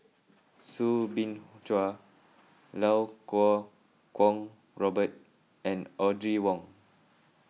Soo Bin Chua Lau Kuo Kwong Robert and Audrey Wong